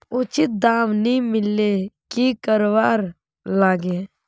उचित दाम नि मिलले की करवार लगे?